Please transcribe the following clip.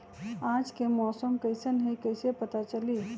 आज के मौसम कईसन हैं कईसे पता चली?